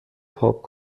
پاپ